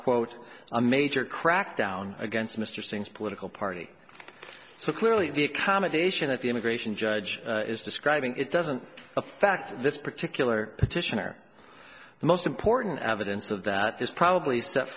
quote a major crackdown against mr singh's political party so clearly the accommodation at the immigration judge is describing it doesn't affect this particular petition or the most important evidence of that is probably set